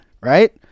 Right